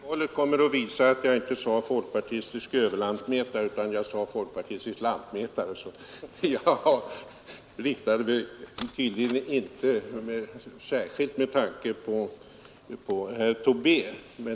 Herr talman! Om jag inte minns fel kommer protokollet att visa att jag inte sade folkpartistisk överlantmätare utan att jag sade folkpartistisk lantmätare, så jag riktade mig inte särskilt till herr Tobé.